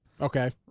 Okay